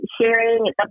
sharing